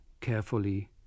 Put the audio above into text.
carefully